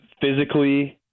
physically